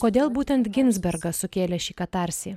kodėl būtent ginsbergas sukėlė šį katarsį